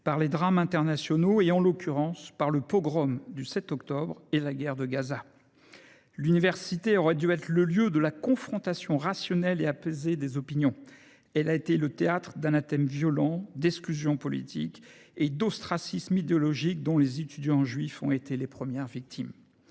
par les drames internationaux, en l’occurrence par le pogrom du 7 octobre et la guerre de Gaza. L’université aurait dû être le lieu de la confrontation rationnelle et apaisée des opinions ; elle a été le théâtre d’anathèmes violents, d’exclusions politiques et d’ostracismes idéologiques dont les étudiants juifs ont été les premières victimes.